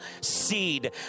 seed